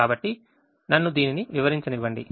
కాబట్టి నన్ను దీనిని వివరించనివ్వండి